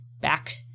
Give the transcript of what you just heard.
back